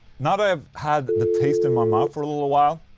now that i have had the taste in my mouth for a little while.